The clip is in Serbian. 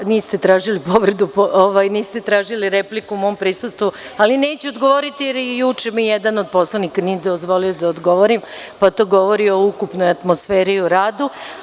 Niste tražili repliku u mom prisustvu, ali neću odgovoriti jer ni juče mi jedan od poslanika nije dozvolio da odgovorim, a to govori o ukupnoj atmosferi u radu.